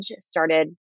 started